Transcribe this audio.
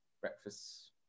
breakfast